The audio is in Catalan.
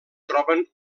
troben